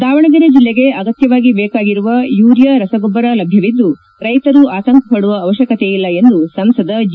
ದಾವಣಗೆರೆ ಜಿಲ್ಲೆಗೆ ಅಗತ್ತವಾಗಿ ಬೇಕಾಗಿರುವ ಯೂರಿಯಾ ರಸ ಗೊಬ್ಬರ ಲಭ್ಯವಿದ್ದು ರೈತರು ಆತಂಕ ಪಡುವ ಅವಶ್ಠಕತೆಯಿಲ್ಲ ಎಂದು ಸಂಸದ ಜಿ